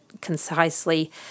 concisely